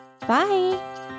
bye